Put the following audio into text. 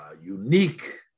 unique